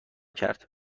کرد